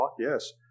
Yes